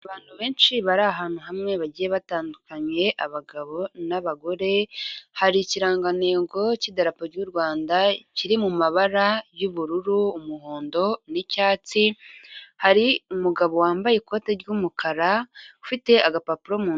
Abantu benshi bari ahantu hamwe bagiye batandukanye, abagabo n'abagore hari ikirangantego cy'idarapo y' Rwanda, kiri mu mabara y'ubururu, umuhondo n'icyatsi, hari umugabo wambaye ikoti ry'umukara ufite agapapuro mu nto...